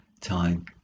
time